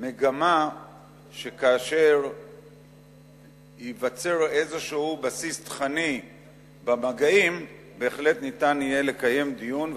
מגמה שכאשר ייווצר איזה בסיס תוכני במגעים בהחלט יהיה אפשר לקיים דיון,